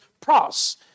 pros